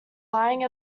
lying